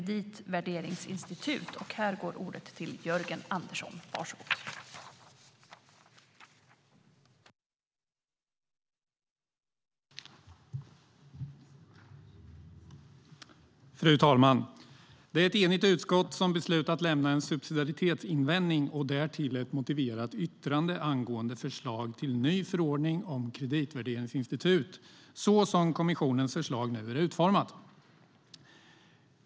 Det är ett enigt utskott som beslutat lämna en subsidiaritetsinvändning och därtill ett motiverat yttrande angående förslag till ny förordning om kreditvärderingsinstitut, så som kommissionens förslag nu är utformat.